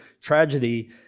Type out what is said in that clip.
tragedy